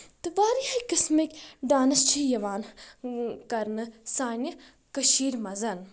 تہٕ واریاہکۍ قسمٔک ڈانس چھِ یوان کرنہٕ سانہِ کٔشیٖر منٛز